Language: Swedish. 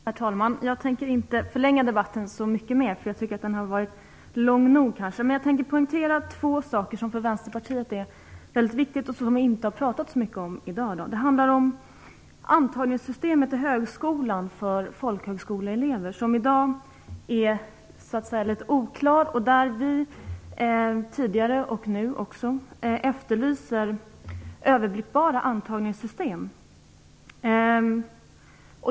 Herr talman! Jag tänker inte förlänga debatten så mycket mer. Jag tycker att den har varit lång nog. Jag vill poängtera två saker som för Vänsterpartiet är väldigt viktigt och som vi inte har talat så mycket om i dag. Det handlar för det första om antagningssystemet till högskolan för folkhögskoleelever. Det är i dag mycket oklart. Vi har tidigare och också nu efterlyst överblickbara antagningssystem.